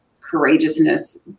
courageousness